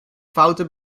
foute